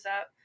up